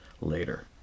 later